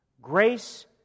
Grace